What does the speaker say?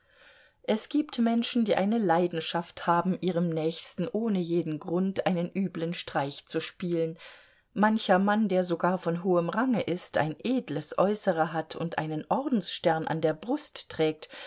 es gibt menschen die eine leidenschaft haben ihrem nächsten ohne jeden grund einen üblen streich zu spielen mancher mann der sogar von hohem range ist ein edles äußere hat und einen ordensstern an der brust trägt